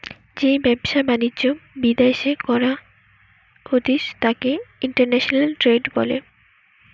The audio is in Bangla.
যেই ব্যবসা বাণিজ্য বিদ্যাশে করা হতিস তাকে ইন্টারন্যাশনাল ট্রেড বলে